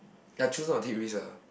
I choose not to take risk ah